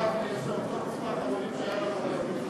חבר הכנסת גפני,